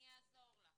אני אעזור לך.